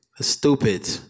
stupid